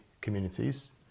communities